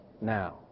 now